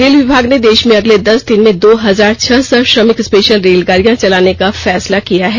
rail विमाग ने देश में अगले दस दिन में दो हजार छह सौ श्रमिक स्पेशल रेलगाड़ियां चलाने का फैसला किया है